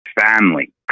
family